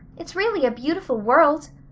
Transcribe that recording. it's really a beautiful world.